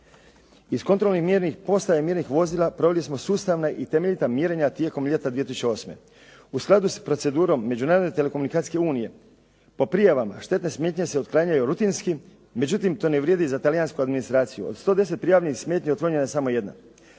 Iz kontrolnih mjernih postaja mjernih vozila proveli smo sustavna i temeljita mjerenja tijekom ljeta 2008. U skladu s procedurom Međunarodne telekomunikacije unije po prijavama štetne smetnje se otklanjaju rutinski. Međutim, to ne vrijedi za talijansku administraciju. Od 110 prijavljenih smetnji otklonjena je samo jedna.